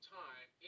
time